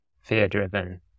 fear-driven